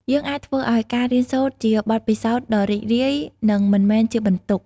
យើងអាចធ្វើឲ្យការរៀនសូត្រជាបទពិសោធន៍ដ៏រីករាយ និងមិនមែនជាបន្ទុក។